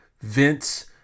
Vince